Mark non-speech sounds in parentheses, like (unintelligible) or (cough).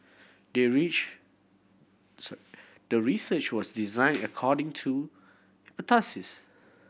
the reach (unintelligible) the research was design according to (unintelligible)